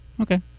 okay